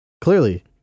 Clearly